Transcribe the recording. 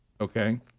okay